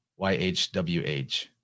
YHWH